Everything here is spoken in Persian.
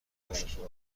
باشیم